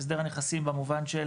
הסדר הנכסים במובן של